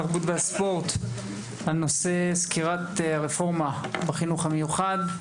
התרבות והספורט בנושא סקירת הרפורמה בחינוך המיוחד.